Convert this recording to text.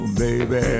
baby